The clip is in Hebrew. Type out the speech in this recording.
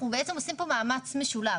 אנחנו עושים פה מאמץ משולב.